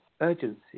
urgency